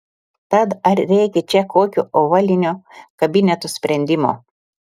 tad ar reikia čia kokio ovalinio kabineto sprendimo